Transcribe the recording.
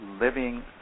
living